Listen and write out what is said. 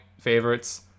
favorites